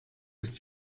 ist